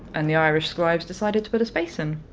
and the irish scribes decided to put a space in.